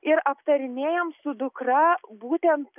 ir aptarinėjam su dukra būtent